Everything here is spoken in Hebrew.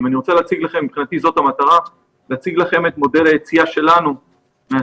אני רוצה להציג לכם את מודל היציאה שלנו מהסגר.